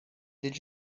did